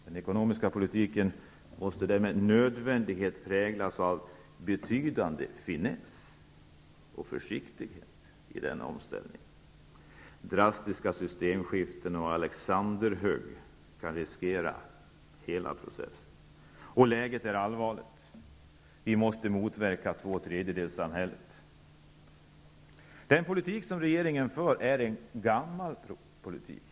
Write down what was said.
Den ekonomiska politiken måste med nödvändighet präglas av betydande finess och försiktighet i den omställningen. Drastiska systemskiften och Alexanderhugg kan riskera hela processen. Läget är allvarligt. Vi måste motverka tvåtredjedelssamhället. Den politik som regeringen för är en gammal politik.